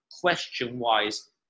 question-wise